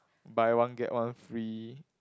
buy one get one free